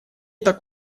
так